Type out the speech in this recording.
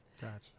Gotcha